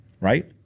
right